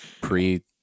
Pre